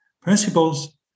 principles